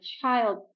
child